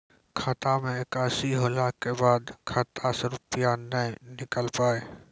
खाता मे एकशी होला के बाद खाता से रुपिया ने निकल पाए?